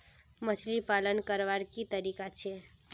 मछली पालन करवार की तरीका छे?